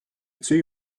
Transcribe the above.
two